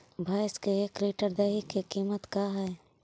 भैंस के एक लीटर दही के कीमत का है?